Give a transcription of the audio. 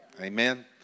Amen